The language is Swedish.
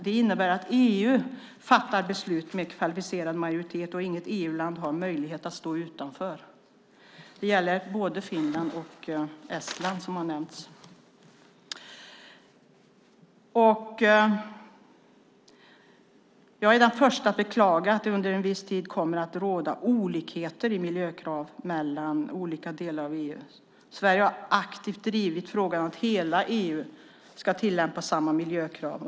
Det innebär att EU fattar beslut med kvalificerad majoritet, och inget EU-land har möjlighet att stå utanför. Det gäller både Finland och Estland, som har nämnts här. Jag är den första att beklaga att det under en viss tid kommer att råda olikheter i miljökrav mellan olika delar av EU. Sverige har aktivt drivit frågan att hela EU ska tillämpa samma miljökrav.